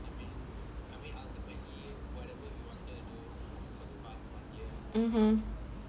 (uh huh)